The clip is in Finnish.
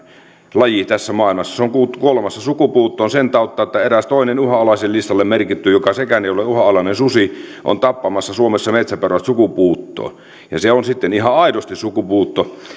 laji tässä maailmassa se on kuolemassa sukupuuttoon sen tautta että eräs toinen uhanalaisten listalle merkitty joka sekään ei ole uhanalainen susi on tappamassa suomessa metsäpeurat sukupuuttoon ja se on sitten ihan aidosti sukupuutto